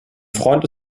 freund